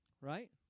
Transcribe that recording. Right